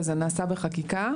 וזה נעשה בחקיקה.